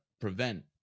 prevent